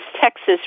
Texas